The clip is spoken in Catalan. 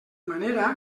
manera